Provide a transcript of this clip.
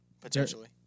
potentially